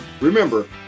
remember